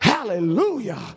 hallelujah